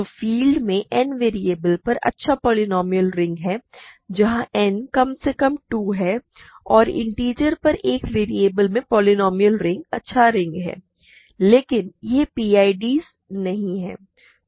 तो फील्ड में n variables पर अच्छा पोलीनोमिअल रिंग हैं जहाँ n कम से कम 2 हैं और इन्टिजर पर एक वेरिएबल में पोलीनोमिअल रिंग अच्छा रिंग हैं लेकिन यह पीआईडी नहीं हैं